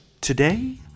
Today